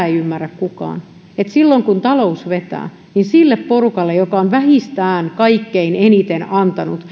ei ymmärrä kukaan että silloin kun talous vetää niin sille porukalle joka on vähistään kaikkein eniten antanut